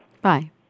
Bye